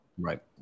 right